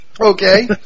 Okay